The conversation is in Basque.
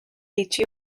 itxi